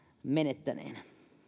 menettäneenä